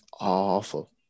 awful